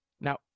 Now